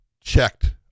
checked